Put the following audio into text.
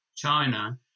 China